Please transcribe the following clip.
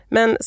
Men